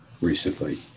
recently